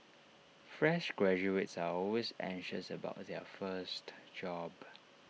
fresh graduates are always anxious about their first job